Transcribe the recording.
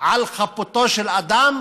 על חפותו של אדם